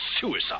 suicide